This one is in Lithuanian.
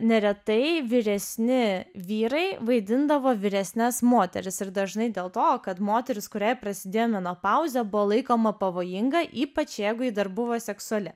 neretai vyresni vyrai vaidindavo vyresnes moteris ir dažnai dėl to kad moteris kuriai prasidėjo menopauzė buvo laikoma pavojinga ypač jeigu ji dar buvo seksuali